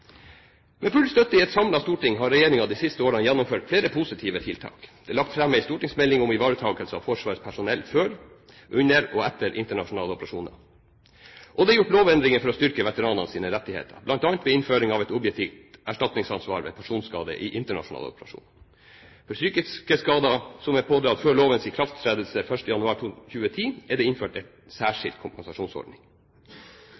Med full støtte i et samlet storting har regjeringen de siste årene gjennomført flere positive tiltak. Det er lagt fram en stortingsmelding om ivaretakelse av Forsvarets personell før, under og etter internasjonale operasjoner, og det er gjort lovendringer for å styrke veteranenes rettigheter, bl.a. ved innføring av et objektivt erstatningsansvar ved personskade i internasjonale operasjoner. For psykiske skader som er pådratt før lovens ikrafttredelse 1. januar 2010, er det innført